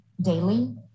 Daily